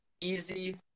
Easy